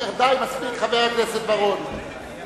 די, מספיק, חבר הכנסת בר-און.